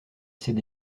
s’est